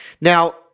Now